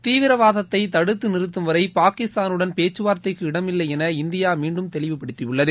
தீவிரவாதத்தை தடுத்து நிறுத்தும்வரை பாகிஸ்தானுடன் பேச்சுவார்த்தைக்கு இடமில்லை என இந்தியா மீண்டும் தெளிவுப்படுத்தியுள்ளது